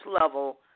level